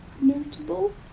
notable